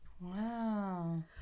Wow